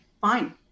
fine